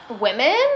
Women